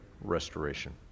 restoration